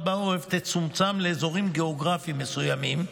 בעורף תצומצם לאזורים גיאוגרפיים מסוימים,